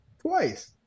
Twice